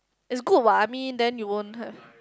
is good what I mean then you won't have